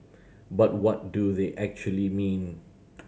but what do they actually mean